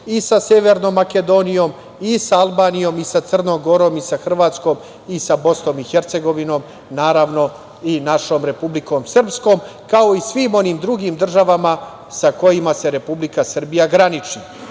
i sa Severnom Makedonijom i sa Albanijom i sa Crnom Gorom i sa Hrvatskom i sa Bosnom i Hercegovinom, naravno, i našom Republikom Srpskom, kao i svim onim drugim državama sa kojima se Republika Srbija graniči. Ali,